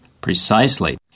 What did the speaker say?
Precisely